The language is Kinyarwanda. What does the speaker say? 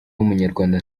w’umunyarwanda